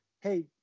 Hey